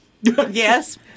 yes